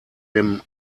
dem